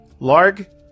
Larg